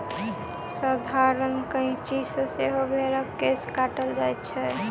साधारण कैंची सॅ सेहो भेंड़क केश काटल जाइत छै